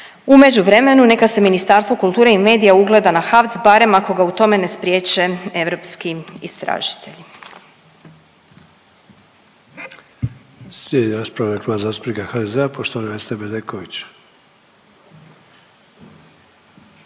U međuvremenu neka se Ministarstvo kulture i medija ugleda na HAVC barem ako ga u tome ne spriječe europski istražitelji.